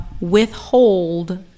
withhold